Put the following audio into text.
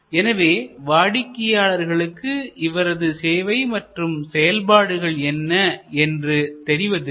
எனவே வாடிக்கையாளர்களுக்கு இவரது சேவைகள் மற்றும் செயல்பாடுகள் என்ன என்று தெரிவதில்லை